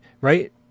right